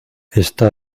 está